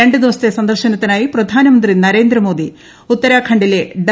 രണ്ടു ദിവസത്തെ സന്ദർശനത്തിനായി പ്രധാനമന്ത്രി നരേന്ദ്രമോദി ഉത്തരാഖണ്ഡിലെ ഡെറാഡൂണിൽ